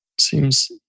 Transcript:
Seems